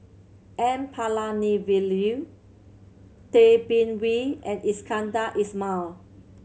N Palanivelu Tay Bin Wee and Iskandar Ismail